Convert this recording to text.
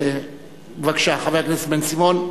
בבקשה, חבר הכנסת בן-סימון.